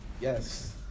Yes